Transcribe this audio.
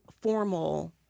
formal